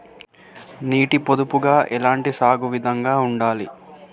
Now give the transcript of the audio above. నీటి పొదుపుగా ఎలాంటి సాగు విధంగా ఉండాలి?